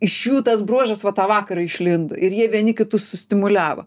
iš jų tas bruožas va tą vakarą išlindo ir jie vieni kitus sustimuliavo